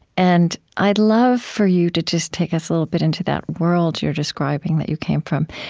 and i'd love for you to just take us a little bit into that world you're describing that you came from,